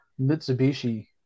Mitsubishi